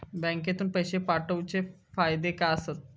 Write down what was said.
बँकेतून पैशे पाठवूचे फायदे काय असतत?